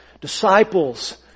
disciples